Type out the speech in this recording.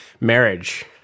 marriage